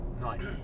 Nice